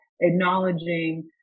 acknowledging